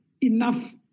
enough